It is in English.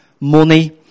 money